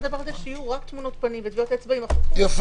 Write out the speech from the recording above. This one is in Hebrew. שיהיו רק תמונות פנים וטביעות אצבע- - עכשיו